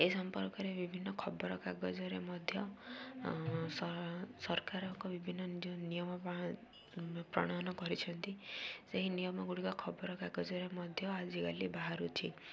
ଏ ସମ୍ପର୍କରେ ବିଭିନ୍ନ ଖବରକାଗଜରେ ମଧ୍ୟ ସରକାରଙ୍କ ବିଭିନ୍ନ ନିୟମ ପ୍ରଣୟନ କରିଛନ୍ତି ସେହି ନିୟମ ଗୁଡ଼ିକ ଖବରକାଗଜରେ ମଧ୍ୟ ଆଜିକାଲି ବାହାରୁଛି